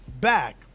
back